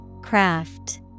Craft